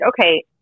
okay